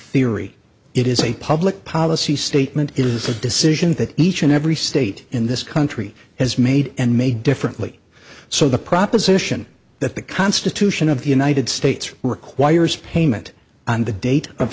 theory it is a public policy statement it is a decision that each and every state in this country has made and made differently so the proposition that the constitution of the united states requires payment and the date of